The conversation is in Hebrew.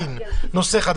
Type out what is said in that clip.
לגביהן טענה של נושא חדש.